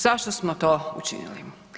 Zašto smo to učinili?